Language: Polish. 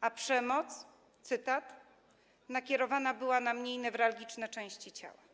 a przemoc - cytat - nakierowana była na mniej newralgiczne części ciała.